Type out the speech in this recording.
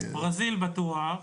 ברזיל בטוח.